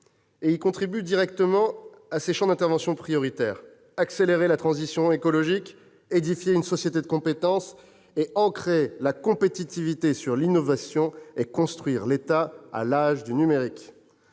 Il contribue directement à ses champs d'intervention prioritaires : accélérer la transition écologique, édifier une société de compétences, ancrer la compétitivité sur l'innovation, construire l'État de l'âge numérique.